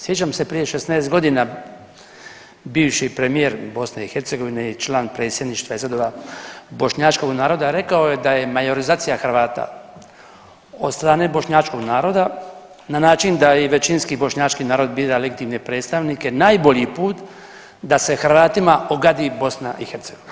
Sjećam se prije 16 godina bivši premijer BiH i član predsjedništva iz redova bošnjačkog naroda rekao je da je majorizacija Hrvata od strane bošnjačkog naroda na način da i većinski bošnjački narod bira legitimne predstavnike najbolji put da se Hrvatima ogadi BiH.